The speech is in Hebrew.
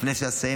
לפני שאסיים,